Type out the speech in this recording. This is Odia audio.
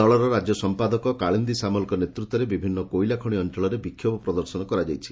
ଦଳର ରାଜ୍ୟ ସମ୍ମାଦକ କାଳିନ୍ଦୀ ସାମଲଙ ନେତୃତ୍ୱରେ ବିଭିନ୍ନ କୋଇଲା ଖଣି ଅଞଳରେ ବିକ୍ଷୋଭ ପ୍ରଦର୍ଶନ କରାଯାଇଛି